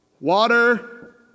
water